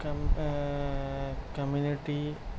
کم community